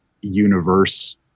universe